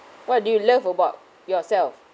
what do you love about yourself